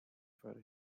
for